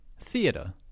theater